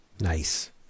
Nice